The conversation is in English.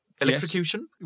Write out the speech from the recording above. electrocution